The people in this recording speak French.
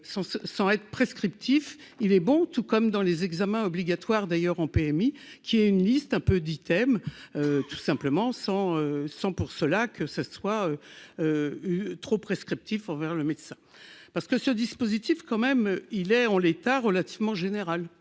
sans être prescriptif, il est bon, tout comme dans les examens obligatoires d'ailleurs en PMI, qui est une liste un peu, dit M tout simplement sans sans pour cela, que ce soit trop prescriptif vers le médecin parce que ce dispositif, quand même, il est en l'état, relativement général.